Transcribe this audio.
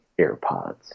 AirPods